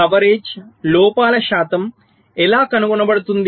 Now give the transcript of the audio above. coverage లోపాల శాతం ఎలా కనుగొనబడుతుంది